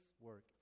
work